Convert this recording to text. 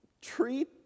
treat